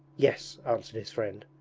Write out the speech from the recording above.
yes, answered his friend,